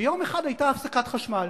ויום אחד היתה הפסקת חשמל.